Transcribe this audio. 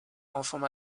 enfants